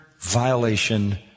violation